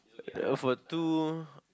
for two